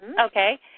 okay